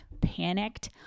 panicked